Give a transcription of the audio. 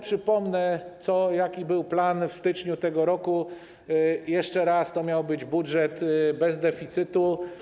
Przypomnę tylko, jaki był plan w styczniu tego roku, jeszcze raz, że to miał być budżet bez deficytu.